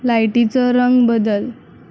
लायटिचो रंग बदल